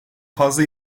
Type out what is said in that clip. fazla